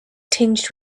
tinged